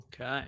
Okay